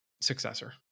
successor